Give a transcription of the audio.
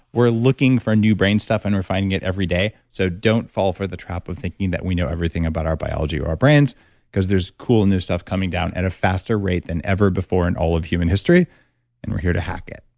we're looking for a new brain stuff and refining it every day. so don't fall for the trap of thinking that we know everything about our biology or our brains because there's cool new stuff coming down at a faster rate than ever before in all of human history and we're here to hack it